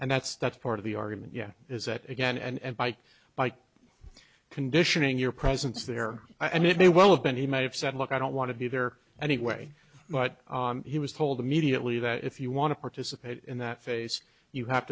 and that's that's part of the argument yeah is that again and by by conditioning your presence there and it may well have been he may have said look i don't want to be there anyway but he was told immediately that if you want to participate in that face you have